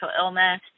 illness